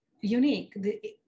unique